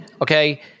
okay